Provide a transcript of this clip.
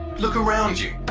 look around you.